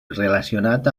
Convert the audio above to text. relacionat